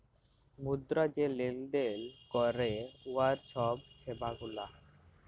মুদ্রা যে লেলদেল ক্যরে উয়ার ছব সেবা গুলা